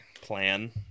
plan